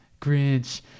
Grinch